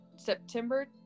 September